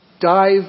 dive